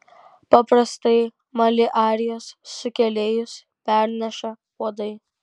paprastai maliarijos sukėlėjus perneša uodai